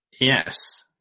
Yes